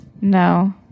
No